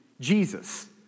Jesus